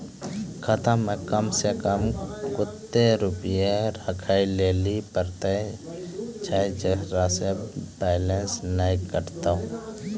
खाता मे कम सें कम कत्ते रुपैया राखै लेली परतै, छै सें हमरो बैलेंस नैन कतो?